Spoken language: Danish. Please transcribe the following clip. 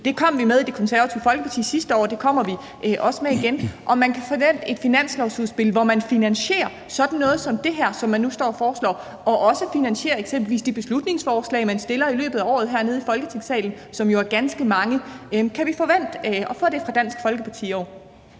Det kom vi med i Det Konservative Folkeparti sidste år, og det kommer vi også med igen. Jeg vil gerne høre, om man kan forvente et finanslovsudspil, hvor man finansierer sådan noget som det her, som man nu står og foreslår, og eksempelvis også finansierer de beslutningsforslag, man fremsætter i løbet af året hernede i Folketingssalen, som jo er ganske mange. Kan vi forvente at få det fra Dansk Folkeparti i år?